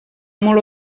molt